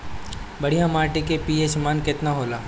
बढ़िया माटी के पी.एच मान केतना होला?